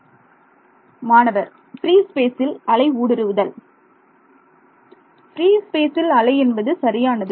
மாணவர் மாணவர் ஃப்ரீ ஸ்பேசில் அலை ஊடுருவுதல் ஃப்ரீ ஸ்பேசில் அலை என்பது சரியானது